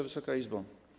Wysoka Izbo!